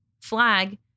Flag